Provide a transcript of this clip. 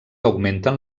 augmenten